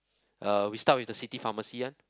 uh we start with the city pharmacy [one]